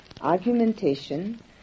argumentation